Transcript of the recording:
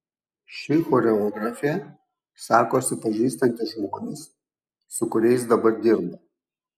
ši choreografė sakosi pažįstanti žmones su kuriais dabar dirba